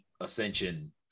Ascension